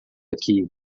aqui